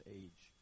age